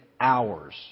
hours